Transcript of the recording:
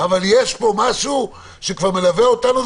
אבל יש פה משהו שמלווה אותנו,